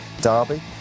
derby